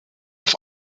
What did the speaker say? auf